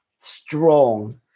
strong